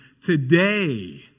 today